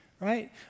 right